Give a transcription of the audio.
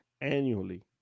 annually